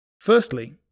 Firstly